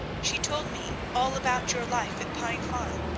she told me all about your life at pine farm,